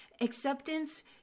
acceptance